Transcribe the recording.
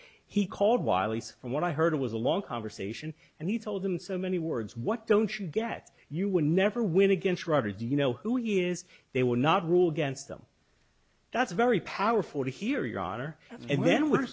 he called wiley from what i heard it was a long conversation and he told them so many words what don't you get you would never win against roger do you know who he is they were not rule against them that's very powerful to hear your honor and then w